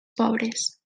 pobres